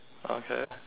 okay